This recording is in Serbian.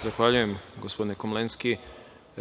Zahvaljujem, gospodine Komlenski.